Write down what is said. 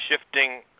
shifting